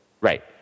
Right